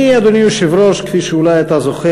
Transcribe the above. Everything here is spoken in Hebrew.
אני, אדוני היושב-ראש, כפי שאולי אתה זוכר,